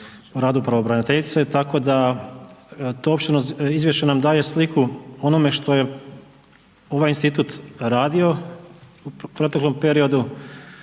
radu pravobraniteljice, tako da izvješće nam daje sliku o onome što je ovaj institut radio u proteklom periodu,